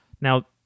Now